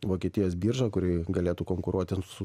vokietijos birža kuri galėtų konkuruoti su